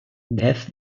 death